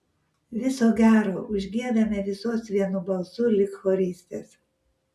viso gero užgiedame visos vienu balsu lyg choristės